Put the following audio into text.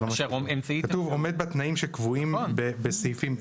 כתוב: "עומד בתנאים שקבועים בסעיפים".